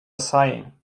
sighing